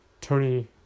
Tony